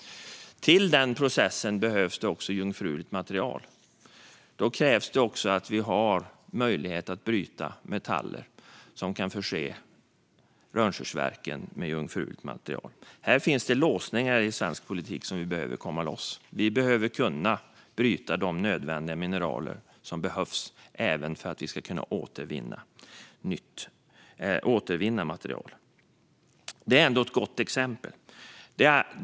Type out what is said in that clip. Till den processen behövs det också jungfruligt material. Då krävs det att vi har möjlighet att bryta metaller som kan förse Rönnskärsverken med jungfruligt material. Här finns det låsningar i svensk politik som vi behöver komma loss från. Vi behöver kunna bryta de nödvändiga mineralerna även för att vi ska kunna återvinna material. Detta är ändå ett gott exempel.